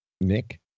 Nick